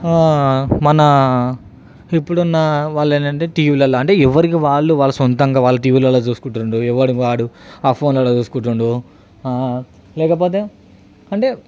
మన ఇప్పుడు ఉన్న వాళ్ళు ఏంటంటే టీవీలల్లో అంటే ఎవరికి వాళ్ళు వాళ్ళ సొంతంగా వాళ్ళు టీవీలల్లో చూసుకుంటుండు ఎవడు వాడు ఆ ఫోన్లలో చూసుకుంటుండు లేకపోతే అంటే